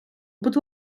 будь